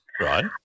Right